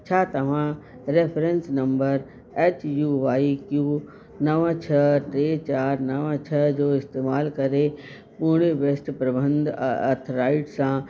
छा तव्हां रेफ़रंस नम्बरु एच यू वाई क्यू नवं छह टे चारि नवं छह जो इस्तेमालु करे पूणे वेस्ट प्रबंध अथिराईट सां